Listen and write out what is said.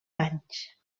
anys